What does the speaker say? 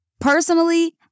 personally